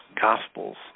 Gospels